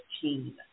team